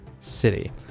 city